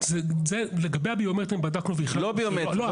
לגבי הביומטרי בדקנו והחלטנו שלא.